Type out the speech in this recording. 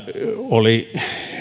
oli